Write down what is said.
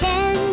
Ten